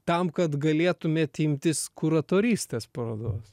tam kad galėtumėt imtis kuratorystės parodos